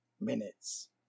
Minutes